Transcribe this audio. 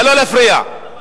נא